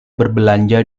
berbelanja